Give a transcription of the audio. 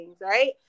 right